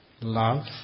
love